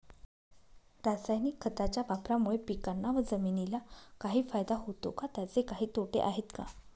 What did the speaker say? रासायनिक खताच्या वापरामुळे पिकांना व जमिनीला काही फायदा होतो का? त्याचे काही तोटे आहेत का?